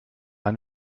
eine